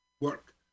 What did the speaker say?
work